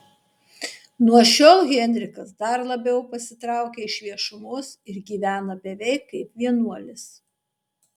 nuo šiol henrikas dar labiau pasitraukia iš viešumos ir gyvena beveik kaip vienuolis